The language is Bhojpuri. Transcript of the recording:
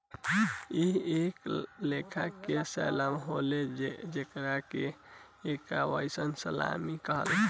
इ एक लेखा के सैल्मन होले जेकरा के एक्वा एडवांटेज सैल्मन कहाला